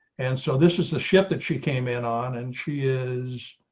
and so this is a ship that she came in on and she is.